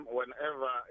whenever